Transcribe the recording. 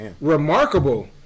remarkable